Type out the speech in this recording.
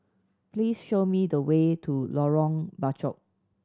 please show me the way to Lorong Bachok